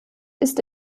ist